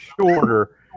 shorter